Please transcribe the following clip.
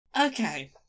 Okay